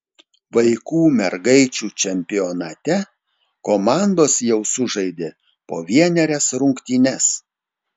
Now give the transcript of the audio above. vaikų mergaičių čempionate komandos jau sužaidė po vienerias rungtynes